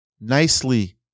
nicely